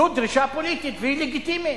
זו דרישה פוליטית והיא לגיטימית.